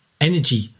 energy